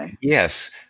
yes